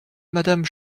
madame